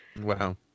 Wow